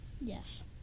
Yes